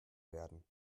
werden